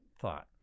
thought